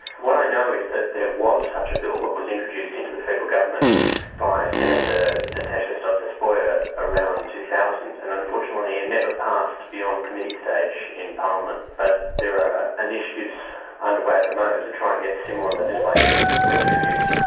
what i know is that there was such a bill that was introduced into the federal government by senator natasha stott-despoja around two thousand, and unfortunately it never passed beyond committee stage in parliament. but there are initiatives underway at the moment to try and get similar legislation reintroduced.